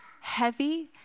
heavy